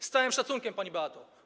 Z całym szacunkiem, pani Beato.